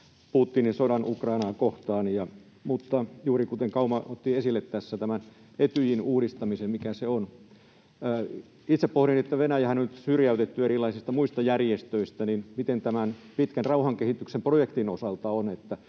Putinin sodan Ukrainaa kohtaan. Mutta Kauma otti esille tässä Etyjin uudistamisen, ja juuri sitä itsekin pohdin. Venäjähän on nyt syrjäytetty erilaisista muista järjestöistä. Miten tämän pitkän rauhankehityksen projektin osalta on,